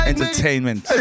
Entertainment